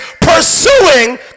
pursuing